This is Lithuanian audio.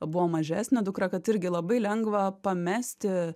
buvo mažesnė dukra kad irgi labai lengva pamesti